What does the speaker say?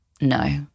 No